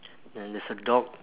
then there's a dog